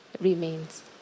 remains